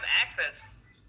access